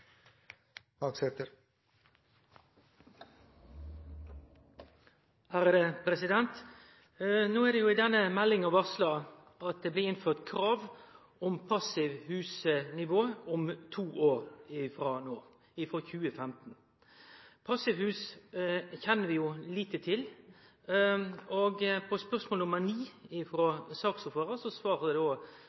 for replikkordskifte. No er det i denne meldinga varsla at det blir innført krav om passivhusnivå om to år – frå 2015. Passivhus kjenner vi lite til. På spørsmål